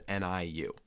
NIU